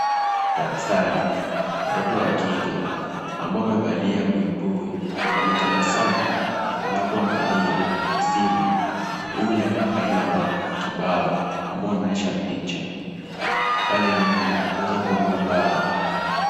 Darasani watoto wa kike ambao wamevalia buibui wametabamu wanapo angalia msimu hule aina ya kibao ambao inaonyesha, picha pale nyuma unaweza kuona ubao.